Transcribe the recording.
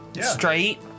straight